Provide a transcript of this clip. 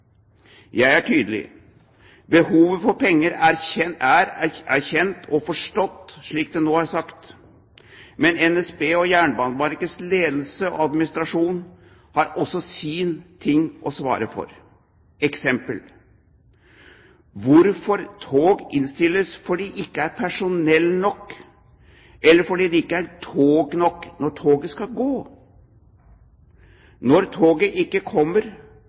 Jeg er tydelig: Behovet for penger er kjent og forstått, slik det nå er sagt. Men NSB og Jernbaneverkets ledelse og administrasjon har også sine ting å svare for. Eksempel: Hvorfor innstilles tog – fordi det ikke er personell nok eller fordi det ikke er tog nok når toget skal gå? Når toget ikke kommer,